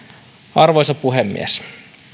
arvoisa puhemies